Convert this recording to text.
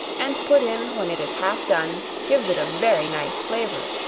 and put in when it is half done, gives it a very nice flavor.